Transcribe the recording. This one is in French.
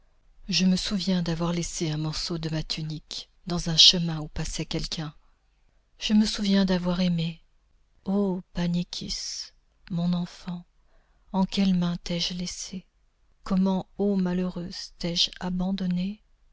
je me souviens d'avoir laissé un morceau de ma tunique dans un chemin où passait quelqu'un je me souviens d'avoir aimé ô pannychis mon enfant en quelles mains t'ai-je laissée comment ô malheureuse t'ai-je abandonnée